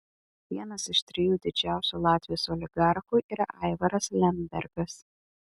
vienas iš trijų didžiausių latvijos oligarchų yra aivaras lembergas